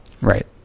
Right